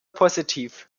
positiv